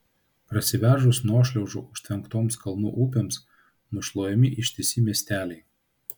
prasiveržus nuošliaužų užtvenktoms kalnų upėms nušluojami ištisi miesteliai